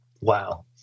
wow